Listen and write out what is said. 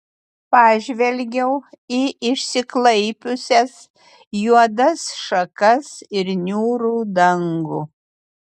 pažvelgiau į išsiklaipiusias juodas šakas ir niūrų dangų